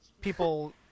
people